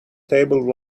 tabled